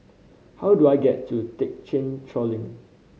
how do I get to Thekchen Choling